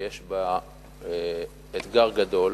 שיש בה אתגר גדול